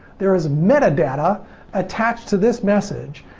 there is meta data attached to this message.